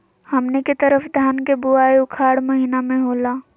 हमनी के तरफ धान के बुवाई उखाड़ महीना में होला